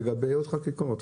לגבי עוד חקיקות.